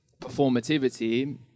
performativity